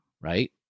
Right